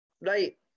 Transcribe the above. right